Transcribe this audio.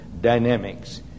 dynamics